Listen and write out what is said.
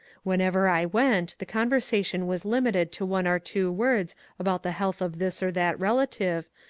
whenever i went the conver sation was limited to one or two words about the health of this or that relative,